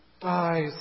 dies